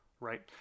right